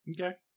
okay